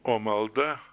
o malda